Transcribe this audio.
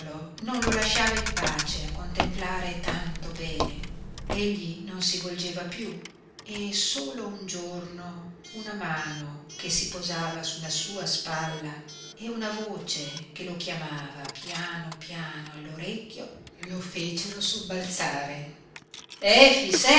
non lo lasciava in pace a contemplare tanto bene egli non si volgeva piú e solo un giorno una mano che si posava sulla sua spalla e una voce che lo chiamava piano piano all'orecchio lo fecero sobbalzare efix